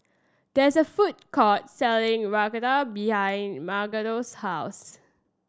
there is a food court selling Raita behind Marquita's house